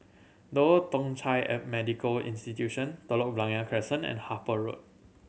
the Old Thong Chai a Medical Institution Telok Blangah Crescent and Harper Road